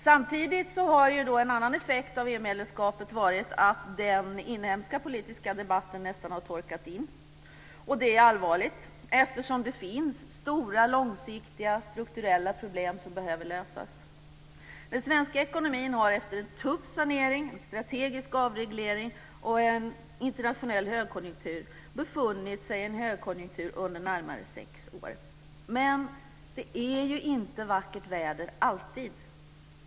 Samtidigt har en annan effekt av EU medlemskapet varit att den inhemska politiska debatten nästan har torkat in. Det är allvarligt, eftersom det finns stora långsiktiga strukturella problem som behöver lösas. Den svenska ekonomin har efter en tuff sanering, en strategisk avreglering och en internationell högkonjunktur befunnit sig i en högkonjunktur under närmare sex år, men det är ju inte alltid vackert väder.